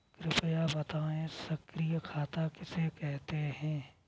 कृपया बताएँ सक्रिय खाता किसे कहते हैं?